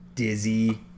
Dizzy